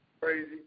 crazy